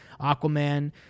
Aquaman